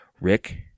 Rick